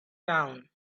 town